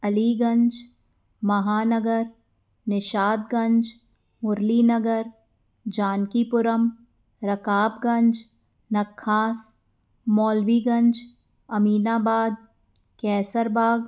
Aliganj Mahanagar Nishantganj Murli Nagar Janaki Puram Rakabganj Nakhas Maulviganj Aminabad Kaiserbagh